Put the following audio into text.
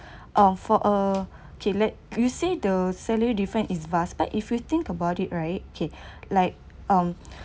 or for uh okay let you say the salary difference is vast but if you think about it right okay like um